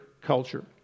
culture